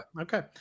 Okay